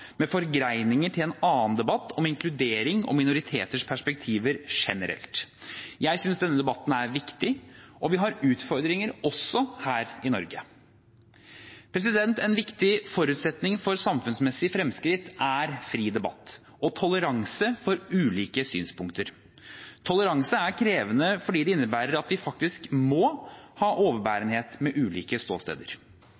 med forgreininger til en annen debatt, om inkludering og minoriteters perspektiver generelt. Jeg synes denne debatten er viktig, og vi har utfordringer også her i Norge. En viktig forutsetning for samfunnsmessige fremskritt er fri debatt og toleranse for ulike synspunkter. Toleranse er krevende fordi det innebærer at vi faktisk må ha